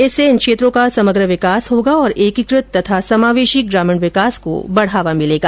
इससे इन क्षेत्रों का समग्र विकास होगा और एकीकृत तथा समावेशी ग्रामीण विकास को बढ़ावा मिलेगा